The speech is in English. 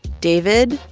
david,